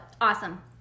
awesome